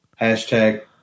hashtag